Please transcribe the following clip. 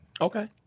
Okay